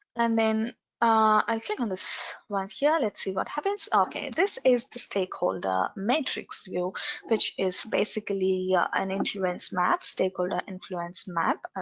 and then i'll click on this one here. let's see what happens this is the stakeholder matrix view which is basically yeah an influence map stakeholder influence map.